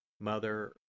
Mother